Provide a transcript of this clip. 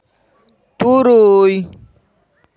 ᱛᱩᱨᱩᱭ